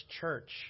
church